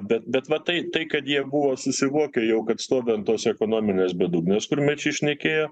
bet bet va tai tai kad jie buvo susivokė jau kad stovi ant tos ekonominės bedugnės kur mečiai šnekėjo